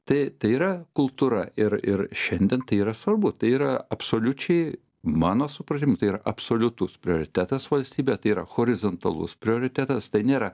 tai tai yra kultūra ir ir šiandien tai yra svarbu tai yra absoliučiai mano supratimu tai yra absoliutus prioritetas valstybėje tai yra horizontalus prioritetas tai nėra